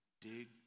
dig